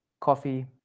coffee